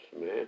man